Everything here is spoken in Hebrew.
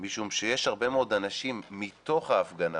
משום שיש הרבה מאוד אנשים מתוך ההפגנה